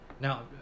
Now